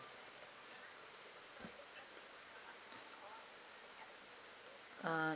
uh